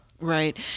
right